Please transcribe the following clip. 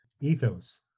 ethos